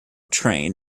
train